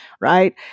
right